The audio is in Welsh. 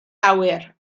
awyr